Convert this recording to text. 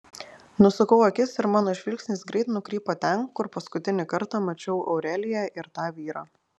nusukau akis ir mano žvilgsnis greit nukrypo ten kur paskutinį kartą mačiau aureliją ir tą vyrą